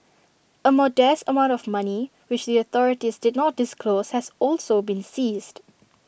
A modest amount of money which the authorities did not disclose has also been seized